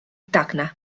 tacna